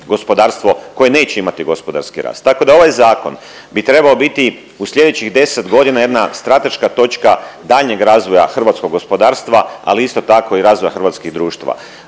gospodarstvo koje neće imati gospodarski rast. Tako da ovaj zakon bi trebao biti u sljedećih deset godina jedna strateška točka daljnjeg razvoja hrvatskog gospodarstva, ali isto tako i razvoja hrvatskog društva.